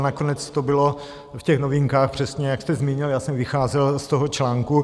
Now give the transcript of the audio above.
Nakonec to bylo v těch Novinkách přesně, jak jste zmínil, já jsem vycházel z toho článku.